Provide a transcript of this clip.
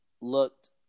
looked